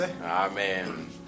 Amen